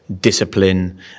discipline